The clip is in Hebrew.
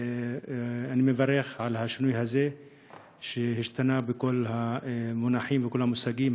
אני מברך על השינוי הזה בכל המונחים ובכל המושגים,